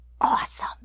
awesome